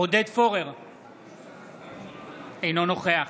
אינו נוכח